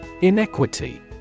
Inequity